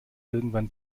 irgendwann